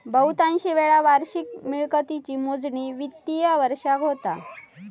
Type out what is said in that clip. बहुतांशी वेळा वार्षिक मिळकतीची मोजणी वित्तिय वर्षाक होता